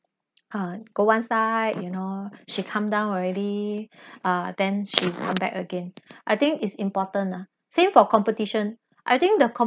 uh go one side you know she calm down already uh then she come back again I think it's important ah same for competition I think the comp~